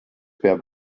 peab